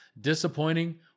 Disappointing